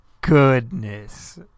goodness